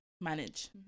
manage